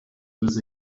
with